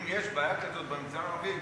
אם יש בעיה כזאת במגזר הערבי,